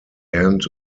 end